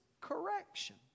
correction